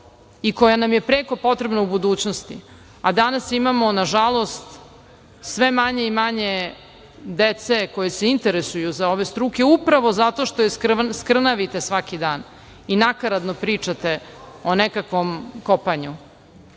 i koja nam je preko potrebna u budućnosti. Danas imamo nažalost sve manje i manje dece koja se interesuju za ove struke upravo zato što je skrnavite svaki dan i nakaradno pričate o nekakvom kopanju.